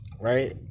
right